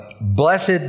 Blessed